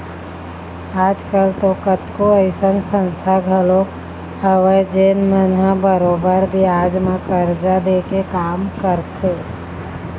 आज कल तो कतको अइसन संस्था घलोक हवय जेन मन ह बरोबर बियाज म करजा दे के काम करथे